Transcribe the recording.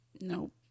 Nope